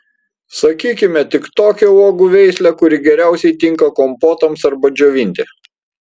sakykime tik tokią uogų veislę kuri geriausiai tinka kompotams arba džiovinti